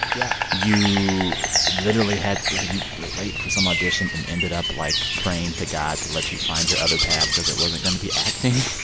yeah. you literally had you late for some audition and ended up, like, praying to god to let you find your other path because it wasn't going to be acting.